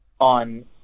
on